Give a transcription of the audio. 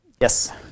Yes